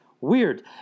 Weird